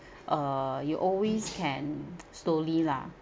err you always can slowly lah